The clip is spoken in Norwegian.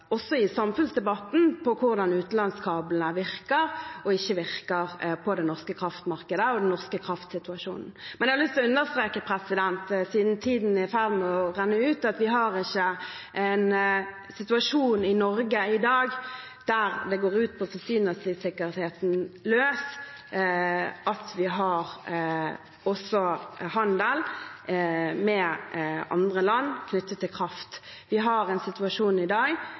i samfunnsdebatten, om hvordan utenlandskablene virker og ikke virker på det norske kraftmarkedet og den norske kraftsituasjonen. Men jeg har lyst til å understreke, siden tiden er i ferd med å renne ut, at vi ikke har en situasjon i Norge i dag der det går på forsyningssikkerheten løs at vi har handel med andre land knyttet til kraft. Vi har en situasjon i dag